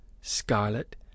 Scarlet